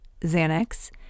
Xanax